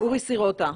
אורי סירוטה,